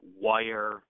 wire